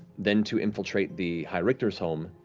then to infiltrate the high-richter's home,